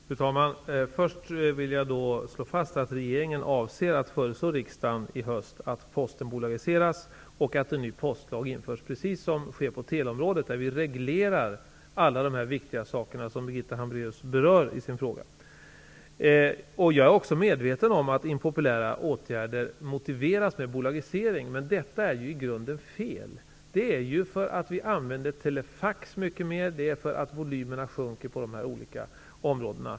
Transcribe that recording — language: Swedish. Fru talman! Först vill jag slå fast att regeringen avser att i höst föreslå riksdagen att Posten bolagiseras och att en ny postlag införs, precis som sker på teleområdet. Där reglerar vi alla de viktiga saker som Birgitta Hambraeus berör i sin fråga. Jag är medveten om att impopulära åtgärder motiveras med bolagiseringen, men detta är i grunden fel. Dessa vidtas för att vi använder telefax mycket mer och för att volymerna sjunker på olika områden.